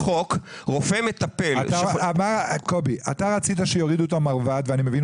אתה רצית שיורידו את המרב"ד ואני מבין